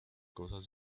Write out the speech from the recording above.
cosas